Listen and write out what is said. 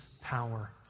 power